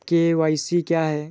KYC क्या है?